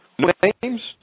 names